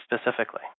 specifically